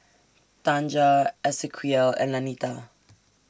Tanja Esequiel and Lanita